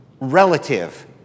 relative